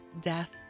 death